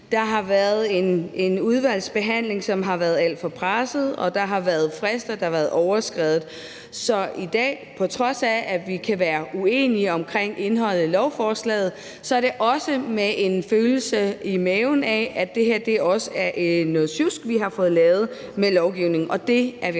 Der har været en udvalgsbehandling, som har været alt for presset, og der har været frister, der er blevet overskredet. Så udover at der kan være uenighed om indholdet i lovforslaget, har vi i dag også en følelse i maven af, at det her er noget sjusk, vi lovgivningsmæssigt har fået lavet, og det er vi